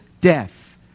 death